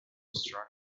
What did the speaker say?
astronomy